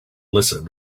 listen